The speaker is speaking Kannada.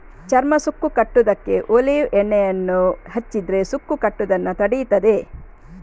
ಚರ್ಮ ಸುಕ್ಕು ಕಟ್ಟುದಕ್ಕೆ ಒಲೀವ್ ಎಣ್ಣೆಯನ್ನ ಹಚ್ಚಿದ್ರೆ ಸುಕ್ಕು ಕಟ್ಟುದನ್ನ ತಡೀತದೆ